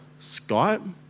Skype